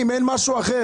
בדיוק, אתה לא עושה לי